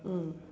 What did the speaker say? mm